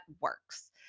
works